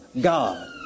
God